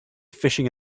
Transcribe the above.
fishing